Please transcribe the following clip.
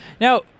Now